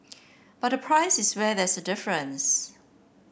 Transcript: but the price is where there's a difference